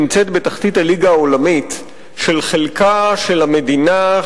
נמצאת בתחתית הליגה העולמית של חלקה של המדינה,